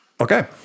Okay